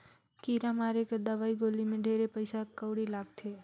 कीरा मारे कर दवई गोली मे ढेरे पइसा कउड़ी लगथे